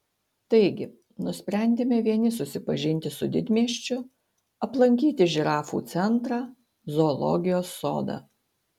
taigi nusprendėme vieni susipažinti su didmiesčiu aplankyti žirafų centrą zoologijos sodą